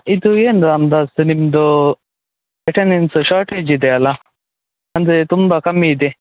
ಇದು ಏನು ರಾಮ್ದಾಸ್ ನಿಮ್ಮದು ಅಟೆಂಡೆನ್ಸು ಶಾರ್ಟೆಜ್ ಇದೆ ಅಲ್ಲಾ ಅಂದರೆ ತುಂಬ ಕಮ್ಮಿ ಇದೆ